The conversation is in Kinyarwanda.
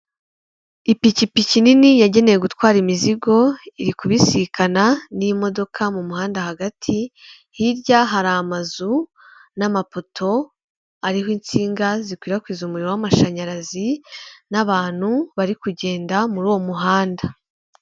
Ipikipiki nini yagenewe gutwara imizigo iri kubisikana n'imodoka mu muhanda hagati, hirya hari amazu n'amapoto ariho insinga zikwirakwiza umuriro w'amashanyarazi n'abantu bari kugenda muri uwo muhanda.